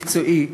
מקצועי.